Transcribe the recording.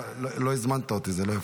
לא הזמנת אותי, זה לא יפה.